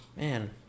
Man